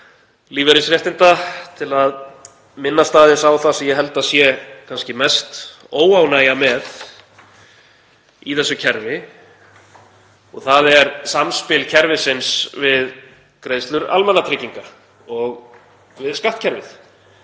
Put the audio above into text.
lífeyrisréttinda, til að minnast aðeins á það sem ég held að sé kannski mest óánægja með í þessu kerfi og það er samspil kerfisins við greiðslur almannatrygginga og við skattkerfið.